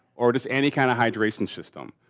or just any kind of hydration system.